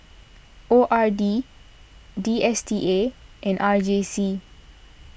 O R D D S T A and R J C